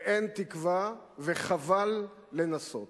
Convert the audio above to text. ואין תקווה וחבל לנסות.